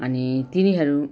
अनि तिनीहरू